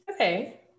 Okay